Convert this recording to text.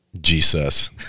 Jesus